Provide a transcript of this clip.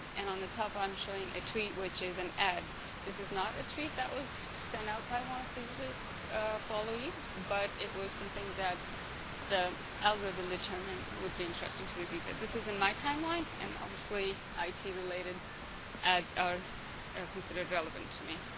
and on the top i'm showing a tweet which is an ad this is not a tweet that was to sent out by one of the user's followees but it was something that the algorithm determined would be interesting to this user this is in my timeline and obviously it related ads are are considered relevant to me